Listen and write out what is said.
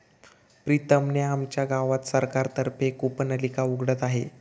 प्रीतम ने आमच्या गावात सरकार तर्फे कूपनलिका उघडत आहे